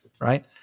Right